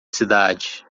cidade